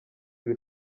iri